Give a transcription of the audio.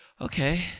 okay